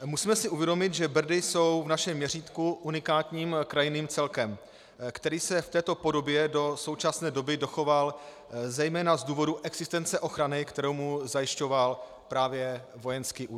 Musíme si uvědomit, že Brdy jsou v našem měřítku unikátním krajinným celkem, který se v této podobě do současné doby dochoval zejména z důvodu existence ochrany, kterou mu zajišťoval právě vojenský újezd.